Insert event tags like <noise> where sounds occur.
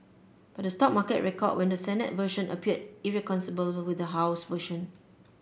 but the stock market record when the Senate version appeared irreconcilable <unintelligible> with the House version